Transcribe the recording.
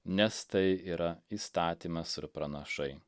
nes tai yra įstatymas ir pranašai